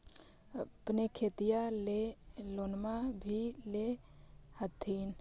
अपने खेतिया ले लोनमा भी ले होत्थिन?